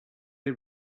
did